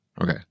Okay